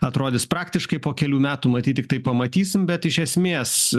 atrodys praktiškai po kelių metų matyt tiktai pamatysim bet iš esmės